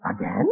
Again